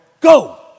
go